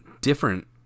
different